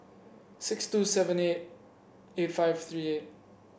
six two seven eight eight five three eight